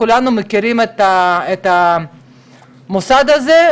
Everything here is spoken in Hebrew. כולנו מכירים את המוסד הזה,